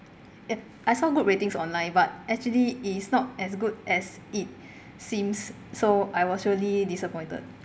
I saw good ratings online but actually it is not as good as it seems so I was really disappointed